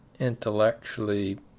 intellectually